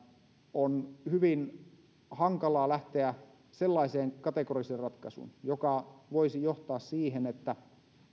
on hyvin hankalaa lähteä sellaiseen kategorisen ratkaisuun joka voisi johtaa siihen että